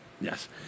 Yes